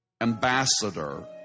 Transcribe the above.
ambassador